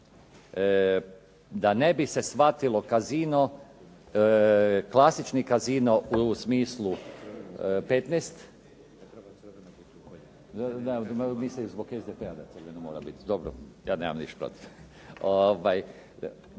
Da ne bi se shvatilo, casino, klasični casino u smislu 15,